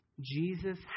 Jesus